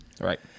Right